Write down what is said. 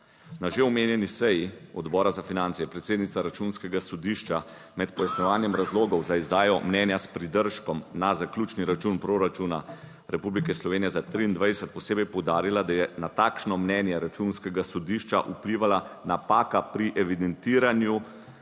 Na že omenjeni seji Odbora za finance je predsednica Računskega sodišča med pojasnjevanjem razlogov za izdajo mnenja s pridržkom na zaključni račun proračuna Republike Slovenije za 2023 posebej poudarila, da je na takšno mnenje Računskega sodišča vplivala napaka pri evidentiranju